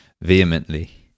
vehemently